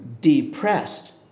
depressed